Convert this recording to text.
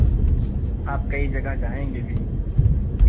आप कई जगह जाएंगे भी